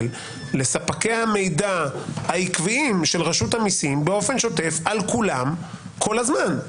לספקי המידע העקביים של רשות המסים באופן שוטף על כולם כל הזמן?